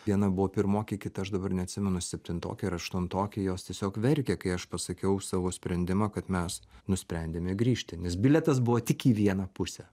viena buvo pirmokė kita aš dabar neatsimenu septintokė ar aštuntokė jos tiesiog verkė kai aš pasakiau savo sprendimą kad mes nusprendėme grįžti nes bilietas buvo tik į vieną pusę